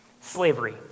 slavery